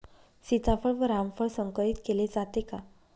सीताफळ व रामफळ संकरित केले जाते का?